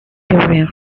during